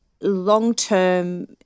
long-term